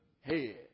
head